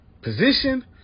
position